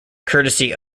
courtesy